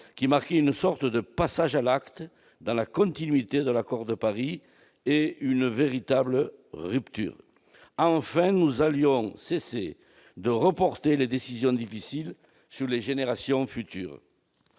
qui marquait une sorte de passage à l'acte dans la continuité de l'accord de Paris, ainsi qu'une véritable rupture. Enfin, nous allions cesser de reporter les décisions difficiles sur les générations futures